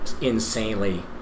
Insanely